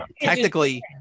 technically